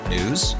News